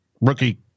rookie